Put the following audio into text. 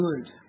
good